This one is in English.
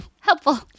helpful